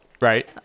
right